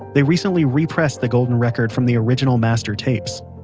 they recently repressed the golden record from the original master tapes.